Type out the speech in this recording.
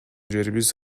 жерибиз